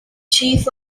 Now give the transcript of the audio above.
chief